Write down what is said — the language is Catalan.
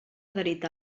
adherit